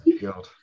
God